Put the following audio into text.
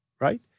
right